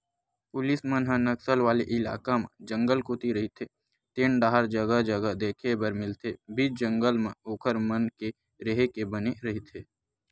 police मन ह नक्सल वाले इलाका म जंगल कोती रहिते तेन डाहर जगा जगा देखे बर मिलथे बीच जंगल म ओखर मन के रेहे के बने रहिथे